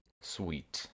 Sweet